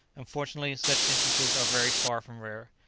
unfortunately, such instances are very far from rare.